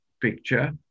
picture